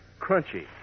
crunchy